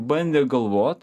bandė galvot